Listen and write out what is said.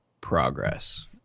progress